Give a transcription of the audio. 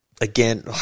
again